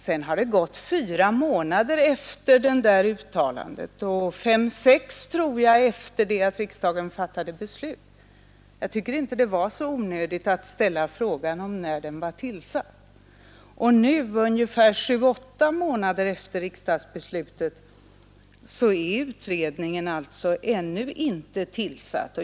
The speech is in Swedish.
Sedan har det gått fyra månader efter det där uttalandet och jag tror fem eller sex efter det att riksdagen fattade beslut. Jag tycker inte det var så onödigt att ställa frågan om när utredningen skulle tillsättas. Och nu ungefär sju eller åtta månader efter riksdagsbeslutet är utredningen alltså ännu inte tillsatt.